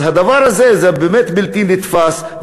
אז הדבר הזה באמת בלתי נתפס,